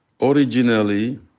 originally